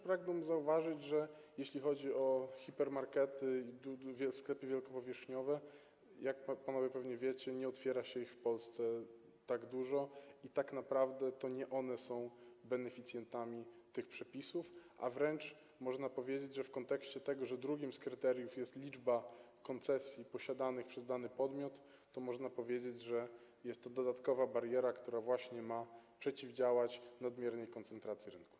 Pragnąłbym też zauważyć, że jeśli chodzi o hipermarkety, sklepy wielkopowierzchniowe, jak panowie pewnie wiecie, nie otwiera się ich w Polsce tak dużo i tak naprawdę to nie one są beneficjentami tych przepisów, a w kontekście tego, ze drugim z kryteriów jest liczba koncesji posiadanych przez dany podmiot, można powiedzieć, że jest to dodatkowa bariera, która ma przeciwdziałać nadmiernej koncentracji rynku.